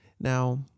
Now